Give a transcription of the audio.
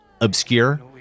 obscure